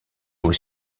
aux